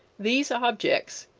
these objects,